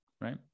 right